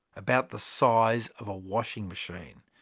about the size of a washing machine.